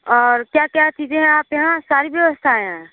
और क्या क्या चीज़ें हैं आपके यहाँ सारी व्यवस्था है